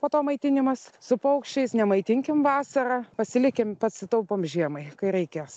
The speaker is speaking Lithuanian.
po to maitinimas su paukščiais nemaitinkim vasarą pasilikim pasitaupom žiemai kai reikės